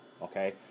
okay